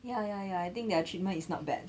ya ya ya I think their treatment is not bad